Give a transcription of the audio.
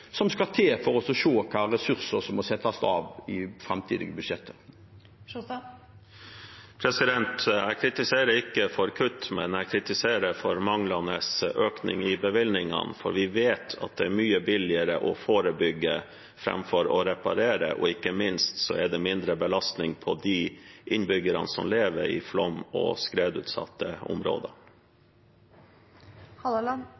som skal til for å se hvilke ressurser som må settes av i framtidige budsjetter. Jeg kritiserer ikke for kutt, men jeg kritiserer for manglende økning i bevilgningene. For vi vet at det er mye billigere å forebygge enn å reparere, og ikke minst er det mindre belastning på de innbyggerne som lever i flom- og skredutsatte